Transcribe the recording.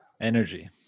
Energy